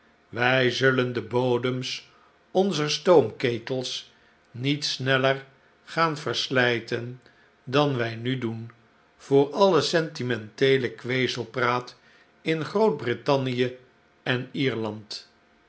wij zullen de bodems onzer stoomketels niet sneller gaan verslijten dan wij nu doen voor alle sentimenteele kwezelpraat in groot-brittannie en ierland